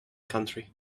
country